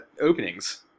openings